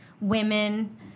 women